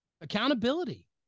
Accountability